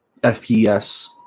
FPS